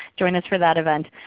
join us for that event.